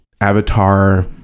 avatar